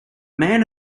man